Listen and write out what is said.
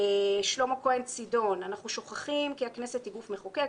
שלמה כהן צידון: "אנחנו שוכחים כי הכנסת היא גוף מחוקק,